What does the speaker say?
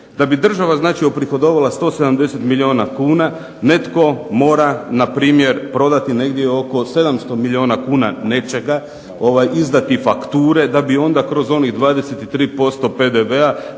da bi država uprihodovala 170 milijuna kuna, netko mora npr. prodati oko 700 milijuna kuna nečega, izdati fakture da bi onda kroz onih 23% PDV-a